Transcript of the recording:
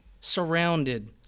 surrounded